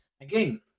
again